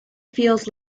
feels